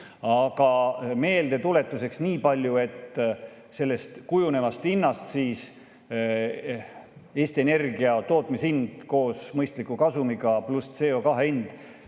Meeldetuletuseks niipalju, et sellest kujunevast hinnast – Eesti Energia tootmishind koos mõistliku kasumiga pluss CO2hind